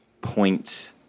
point